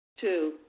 Two